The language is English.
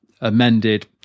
amended